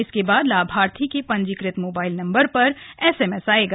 इसके बाद लाभार्थी के पंजीकृत मोबाइल नंबर पर एसएमएस आएगा